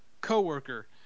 coworker